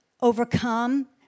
overcome